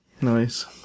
nice